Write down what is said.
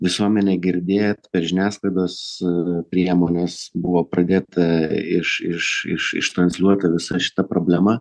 visuomenė girdėt per žiniasklaidos priemones buvo pradėta iš iš iš ištransliuota visa šita problema